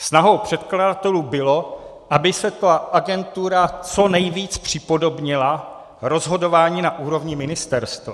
Snahou předkladatelů bylo, aby se ta agentura co nejvíc připodobnila rozhodování na úrovni ministerstev.